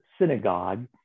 synagogue